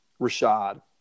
rashad